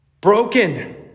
broken